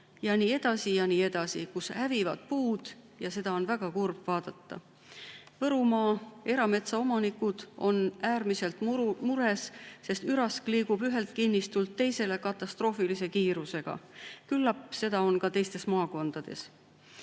ja nii edasi ja nii edasi, kus hävivad puud, ja seda on väga kurb vaadata. Võrumaa erametsaomanikud on äärmiselt mures, sest ürask liigub ühelt kinnistult teisele katastroofilise kiirusega. Küllap seda on ka teistes maakondades.